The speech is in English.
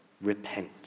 repent